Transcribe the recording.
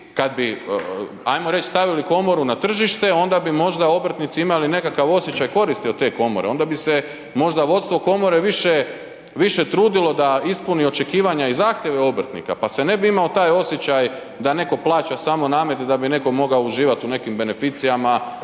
kad bi ajmo reć stavili komoru na tržište, onda bi možda obrtnici imali nekakav osjećaj koristi od te komore, onda bi se možda vodstvo komore više trudilo da ispuni očekivanja i zahtjeve obrtnika pa se ne bi imao taj osjećaj da netko plaća samo namet da bi netko mogao uživat u nekim beneficijama i